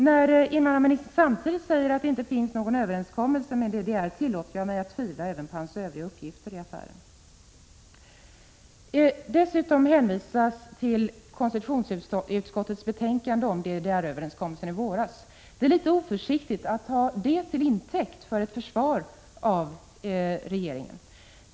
Då invandrarministern samtidigt säger att det inte finns någon överens 10 november 1986 kommelse med DDR, tillåter jag mig att tvivla även på hans övriga uppgifter i affären. Dessutom hänvisas till konstitutionsutskottets betänkande om DDR-överenskommelsen i våras. Det är litet oförsiktigt att ta det till intäkt för ett försvar av regeringen.